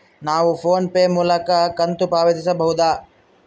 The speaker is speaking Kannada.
ನಾವು ಫೋನ್ ಪೇ ಮೂಲಕ ಕಂತು ಪಾವತಿಸಬಹುದಾ?